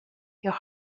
your